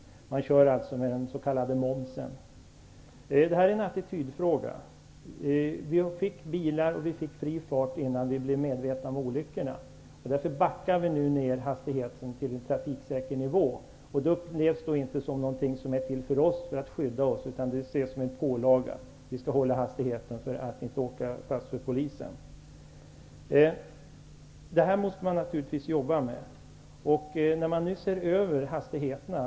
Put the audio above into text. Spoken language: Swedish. De kör, som man säger, med Det här är en attitydfråga. Vi fick bilar och fri fart innan vi blev medvetna om olyckorna. Därför backar vi nu ned hastigheten till en trafiksäker nivå. Det ses då inte som någonting som är till för att skydda oss utan som en pålaga. Man håller hastigheten för att inte bli tagen av polisen. Det här måste vi naturligtvis jobba med, och man ser nu över hastighetsgränserna.